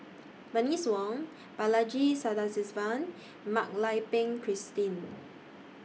Bernice Wong Balaji Sadasivan and Mak Lai Peng Christine